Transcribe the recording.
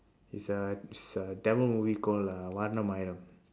is a is a tamil movie called uh vaaranam aayiram